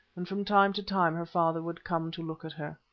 and from time to time her father would come to look at her.